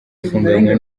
afunganywe